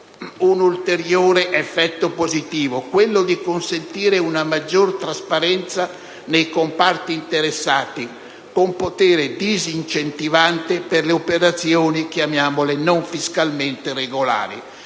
un ulteriore effetto positivo: quello di consentire una maggiore trasparenza nei comparti interessati, con potere disincentivante per operazioni non fiscalmente regolari,